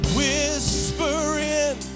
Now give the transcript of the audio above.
whispering